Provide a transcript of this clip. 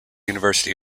university